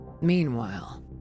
Meanwhile